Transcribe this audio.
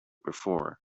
before